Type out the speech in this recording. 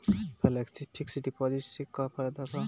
Flexi fix deposit से का फायदा भा?